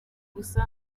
gusa